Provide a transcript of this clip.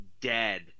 dead